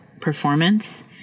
performance